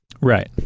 right